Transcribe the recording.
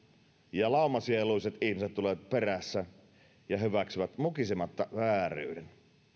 ja laumasieluiset ihmiset tulevat perässä ja hyväksyvät mukisematta vääryyden